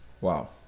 Wow